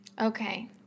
Okay